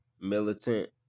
Militant